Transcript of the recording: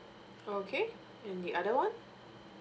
okay and the other [one]